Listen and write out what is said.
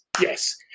yes